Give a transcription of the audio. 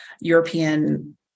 European